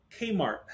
Kmart